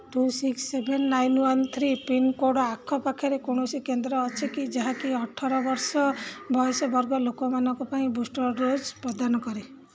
two six seven nine one three pincode ଆଖପାଖରେ କୌଣସି କେନ୍ଦ୍ର ଅଛି କି ଯାହାକି ଅଠର ବର୍ଷ ବୟସ ବର୍ଗର ଲୋକମାନଙ୍କ ପାଇଁ ବୁଷ୍ଟର୍ ଡ଼ୋଜ୍ ପ୍ରଦାନ କରେ